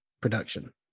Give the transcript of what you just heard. production